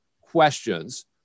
questions